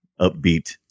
upbeat